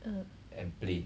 uh